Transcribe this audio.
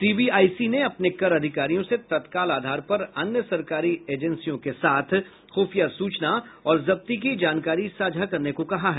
CBIC ने अपने कर अधिकारियों से तत्काल आधार पर अन्य सरकारी एजेंसियों से खुफिया सूचना और जब्ती की जानकारी साझा करने को कहा है